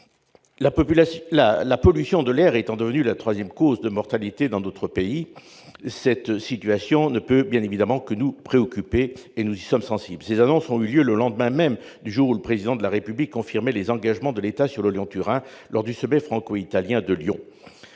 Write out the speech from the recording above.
La pollution de l'air est en effet devenue la troisième cause de mortalité dans notre pays. Cette situation ne peut évidemment que nous préoccuper. Ces annonces ont eu lieu le lendemain même du jour où le Président de la République confirmait les engagements de l'État vis-à-vis du Lyon-Turin lors du sommet franco-italien de Lyon.